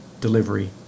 delivery